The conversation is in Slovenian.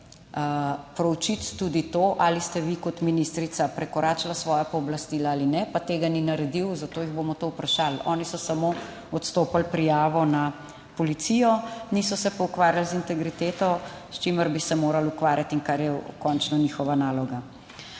proučiti tudi to ali ste vi kot ministrica prekoračila svoja pooblastila ali ne, pa tega ni naredil, zato jih bomo to vprašali. Oni so samo odstopili prijavo na policijo, niso se pa ukvarjali z integriteto, s čimer bi se morali ukvarjati in kar je končno njihova naloga.